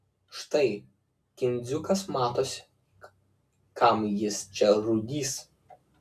štai kindziukas matosi kam jis čia rūdys